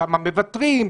שם מוותרים,